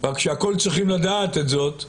רק שהכול צריכים לדעת את זאת,